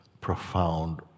profound